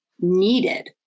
needed